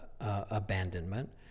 abandonment